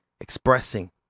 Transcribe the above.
expressing